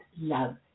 love